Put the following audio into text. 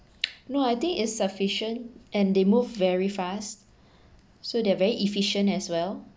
no I think it's sufficient and they move very fast so they're very efficient as well